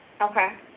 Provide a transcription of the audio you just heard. okay